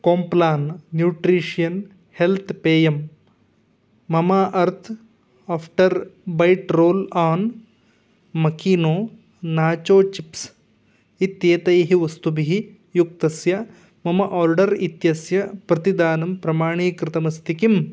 Complan nutrition health पेयं मम earth after bite roll on Makino nacho chips इत्येतैः वस्तुभिः युक्तस्य मम आर्डर् इत्यस्य प्रतिदानं प्रमाणीकृतमस्ति किम्